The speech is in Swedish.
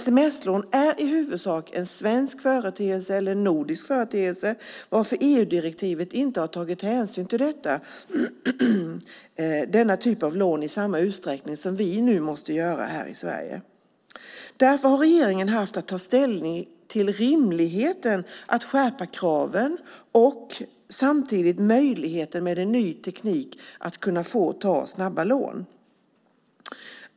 Sms-lån är i huvudsak en svensk eller nordisk företeelse varför EU-direktivet inte har tagit hänsyn till denna typ av lån i samma utsträckning som vi nu måste göra här i Sverige. Regeringen har haft att ta ställning till rimligheten i att skärpa kraven och samtidigt till möjligheten att ta snabba lån med en ny teknik.